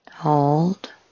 hold